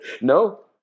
no